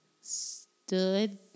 stood